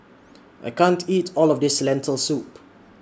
I can't eat All of This Lentil Soup